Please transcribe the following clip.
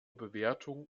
bewertung